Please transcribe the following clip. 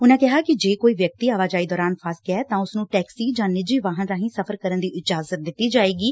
ਉਨ੍ਪਾਂ ਕਿਹਾ ਕਿ ਜੇ ਕੋਈ ਵਿਅਕਤੀ ਆਵਾਜਾਈ ਦੌਰਾਨ ਫਸ ਗਿਐ ਤਾਂ ਉਸ ਨੁੰ ਟੈਕਸੀ ਜਾਂ ਨਿੱਜੀ ਵਾਹਨ ਰਾਹੀਂ ਸਫ਼ਰ ਕਰਨ ਦੀ ਇਜ਼ਾਜਤ ਦਿੱਤੀ ਜਾਏਗੀ